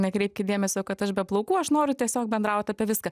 nekreipkit dėmesio kad aš be plaukų aš noriu tiesiog bendraut apie viską